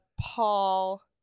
Paul